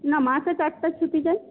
না মাসে চারটে ছুটি চাই